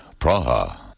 Praha